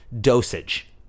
dosage